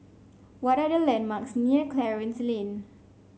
what are the landmarks near Clarence Lane